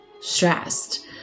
stressed